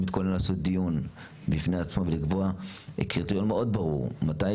אני מתכוון לעשות דיון בפני עצמו ולקבוע קריטריון מאוד ברור מתי